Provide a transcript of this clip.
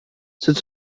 sept